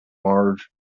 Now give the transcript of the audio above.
marge